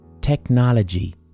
technology